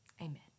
Amen